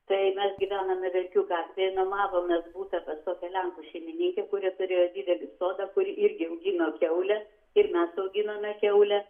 tai mes gyvenome verkių gatvėje nuomavomės butą pas tokią lenkų šeimininkę kuri turėjo didelį sodą kur irgi augino kiaules ir mes auginome kiaules